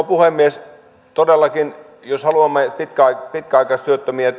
puhemies todellakin jos haluamme pitkäaikaistyöttömiä